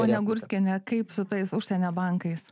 ponia gurskiene kaip su tais užsienio bankais